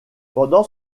pendant